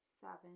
Seven